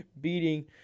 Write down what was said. beating –